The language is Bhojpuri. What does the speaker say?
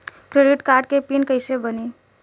क्रेडिट कार्ड के पिन कैसे बनी?